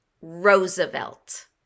Roosevelt